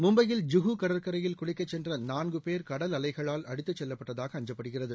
மும்பையில் ஜூ கடற்கரையில் குளிக்கச் சென்ற நான்கு பேர் கடல் அலைகளால் அடித்துச்செல்லப்பட்டதாக அஞ்சப்படுகிறது